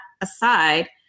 aside